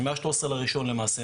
שמה-13.1 למעשה,